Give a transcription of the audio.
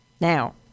Now